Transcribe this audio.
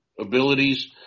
abilities